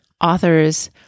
authors